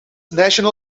national